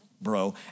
bro